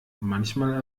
manchmal